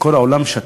וכל העולם שתק.